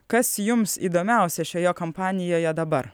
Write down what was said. kas jums įdomiausia šioje kompanijoje dabar